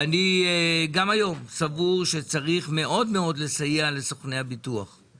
גם היום אני סבור שצריך מאוד מאוד לסייע לסוכני הביטוח.